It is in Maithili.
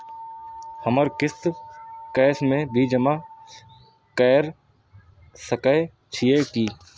हमर किस्त कैश में भी जमा कैर सकै छीयै की?